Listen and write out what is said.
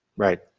right.